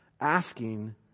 asking